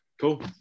cool